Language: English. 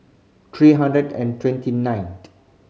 three hundred and twenty ninth